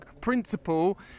principle